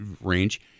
range